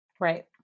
Right